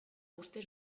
uste